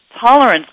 tolerance